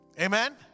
Amen